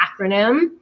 acronym